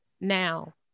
Now